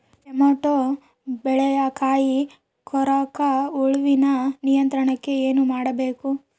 Tomato ಬೆಳೆಯ ಕಾಯಿ ಕೊರಕ ಹುಳುವಿನ ನಿಯಂತ್ರಣಕ್ಕೆ ಏನು ಮಾಡಬೇಕು?